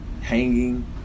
Hanging